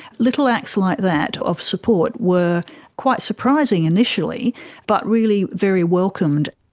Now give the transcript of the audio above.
little acts like that of support were quite surprising initially but really very welcomed.